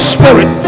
Spirit